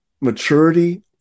maturity